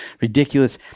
ridiculous